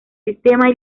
sistemas